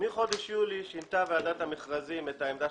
מחודש יולי שינתה ועדת המכרזים את העמדה